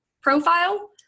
profile